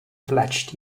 fledged